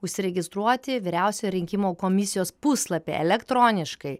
užsiregistruoti vyriausioje rinkimų komisijos puslapyje elektroniškai